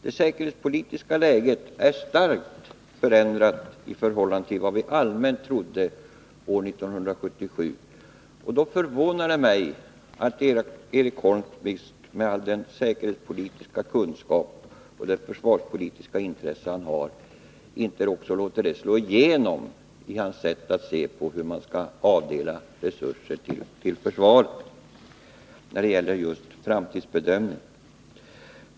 Det säkerhetspolitiska läget är starkt försämrat i förhållande till vad vi allmänt trodde år 1977. Då förvånar det mig att Eric Holmqvist — med all den säkerhetspolitiska kunskap och det försvarspolitiska intresse han har — inte också låter det slå igenom i sitt sätt att se på hur man skall avdela resurser till försvaret i en framtidsbedömning.